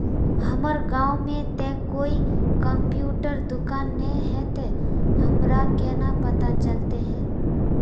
हमर गाँव में ते कोई कंप्यूटर दुकान ने है ते हमरा केना पता चलते है?